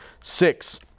Six